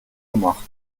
gemacht